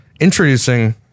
introducing